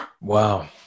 Wow